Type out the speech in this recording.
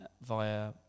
via